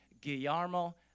guillermo